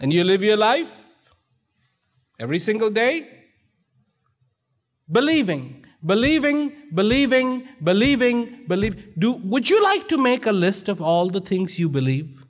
and you live your life every single day believing believing believing believing believe do would you like to make a list of all the things you believe